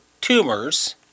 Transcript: tumors